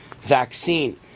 vaccine